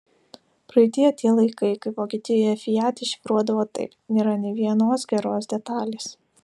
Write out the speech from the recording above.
praeityje tie laikai kai vokietijoje fiat iššifruodavo taip nėra nė vienos geros detalės